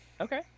Okay